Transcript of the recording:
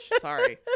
sorry